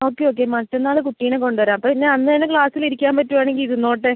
okay okay മറ്റന്നാൾ കുട്ടീനെ കൊണ്ട് വരാം പിന്നെ അന്ന് തന്നെ ക്ലാസ്സിൽ ഇരിക്കാൻ പറ്റുവാണെങ്കിൽ ഇരുന്നോട്ടെ